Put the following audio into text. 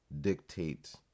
dictate